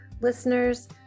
Listeners